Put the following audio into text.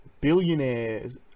billionaires